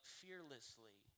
fearlessly